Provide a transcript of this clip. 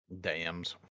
Dams